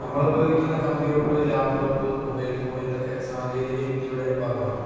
നമ്മൾ ഉപയോഗിക്കുന്ന computer laptop mobile phone ഇതൊക്കെ സാങ്കേതികവിദ്യയുടെ ഭാഗമാണ്